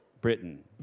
Britain